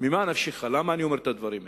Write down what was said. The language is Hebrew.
ממה נפשך, למה אני אומר את הדברים האלה?